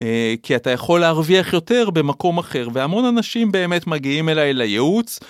כי אתה יכול להרוויח יותר במקום אחר והמון אנשים באמת מגיעים אליי לייעוץ.